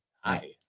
Hi